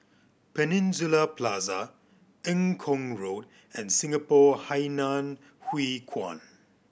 Peninsula Plaza Eng Kong Road and Singapore Hainan Hwee Kuan